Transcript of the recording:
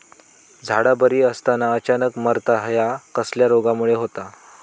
झाडा बरी असताना अचानक मरता हया कसल्या रोगामुळे होता?